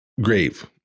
grave